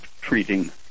treating